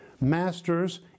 masters